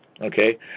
Okay